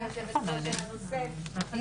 הישיבה ננעלה בשעה 11:14.